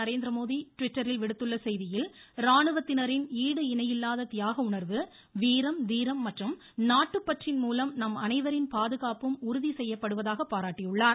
நரேந்திரமோடி ட்விட்டரில் விடுத்துள்ள செய்தியில் ராணுவத்தினரின் ஈடு இணையில்லாத தியாகஉணர்வு வீர தீரம் மற்றும் நாட்டுப்பற்றின் மூலம் நம் அனைவரின் பாதுகாப்பும் உறுதி செய்யப்படுவதாக பாராட்டியுள்ளார்